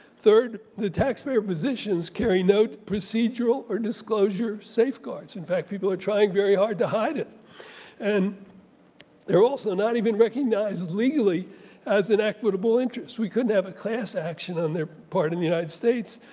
third, the taxpayer positions carry no procedural or disclosure safeguards. in fact, people are trying very hard to hide it and they're also not even recognized as legally as an equitable interest. we couldn't have a class action on their part in the united states.